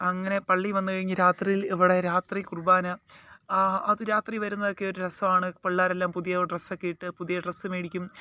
അങ്ങനെ പള്ളിയില് വന്ന് കഴിഞ്ഞ് രാത്രിയിൽ ഇവിടെ രാത്രി കുർബാന അത് രാത്രി വരുന്നതൊക്കെ ഒരു രസമാണ് പിള്ളേരെല്ലാം പുതിയ ഡ്രെസ്സൊക്കെ ഇട്ട് പുതിയ ഡ്രസ്സ് മേടിക്കും